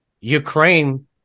Ukraine